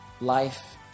life